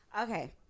okay